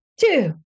two